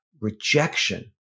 rejection